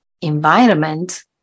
environment